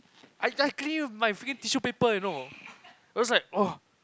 I I I clean with my freaking tissue paper you know I was like !woah!